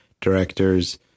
directors